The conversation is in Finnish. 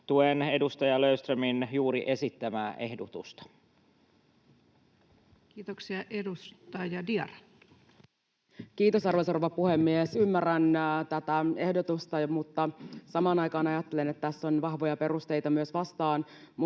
Tuen edustaja Löfströmin juuri esittämää ehdotusta. Kiitos. — Edustaja Diarra. Kiitos, arvoisa rouva puhemies! Ymmärrän tätä ehdotusta, mutta samaan aikaan ajattelen, että tässä on vahvoja perusteita myös vastaan.